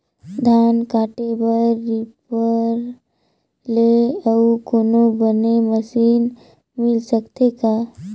धान काटे बर रीपर ले अउ कोनो बने मशीन मिल सकथे का?